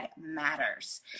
matters